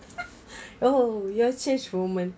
oh your